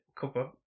cover